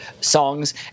songs